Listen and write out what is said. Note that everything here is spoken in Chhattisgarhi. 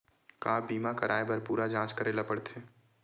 का बीमा कराए बर पूरा जांच करेला पड़थे?